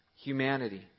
humanity